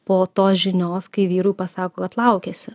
po tos žinios kai vyrui pasako kad laukiasi